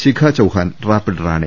Shikha Chauhan rapid Rani